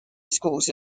schools